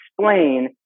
explain